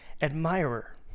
admirer